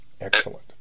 excellent